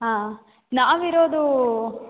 ಹಾಂ ನಾವಿರೋದು